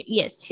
yes